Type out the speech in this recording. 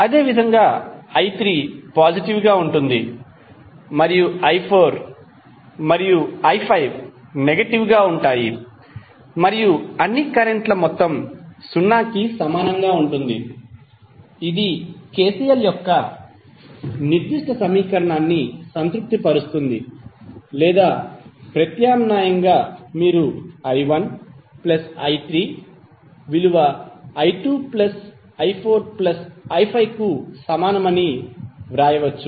అదేవిధంగా i3 positive గా ఉంటుంది మరియు i4 మరియు i5 నెగటివ్ గా ఉంటాయి మరియు అన్ని కరెంట్ ల మొత్తం 0 కి సమానంగా ఉంటుంది ఇది KCL యొక్క నిర్దిష్ట సమీకరణాన్ని సంతృప్తిపరుస్తుంది లేదా ప్రత్యామ్నాయంగా మీరు i1 ప్లస్ i3 విలువ i2 plus i4 plus i5 కు సమానమని వ్రాయవచ్చు